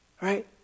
right